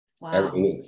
Wow